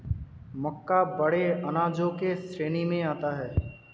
मक्का बड़े अनाजों की श्रेणी में आता है